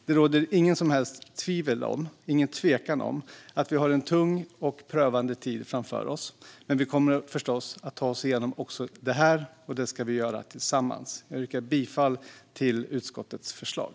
Det råder ingen som helst tvekan om att vi har en tung och prövande tid framför oss. Men vi kommer förstås att ta oss igenom också det här, och det ska vi göra tillsammans. Jag yrkar bifall till utskottets förslag.